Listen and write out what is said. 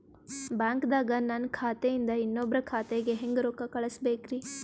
ಬ್ಯಾಂಕ್ದಾಗ ನನ್ ಖಾತೆ ಇಂದ ಇನ್ನೊಬ್ರ ಖಾತೆಗೆ ಹೆಂಗ್ ರೊಕ್ಕ ಕಳಸಬೇಕ್ರಿ?